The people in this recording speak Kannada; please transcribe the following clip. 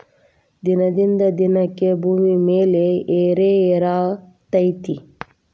ದಿನದಿಂದ ದಿನಕ್ಕೆ ಭೂಮಿ ಬೆಲೆ ಏರೆಏರಾತೈತಿ